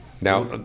Now